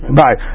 bye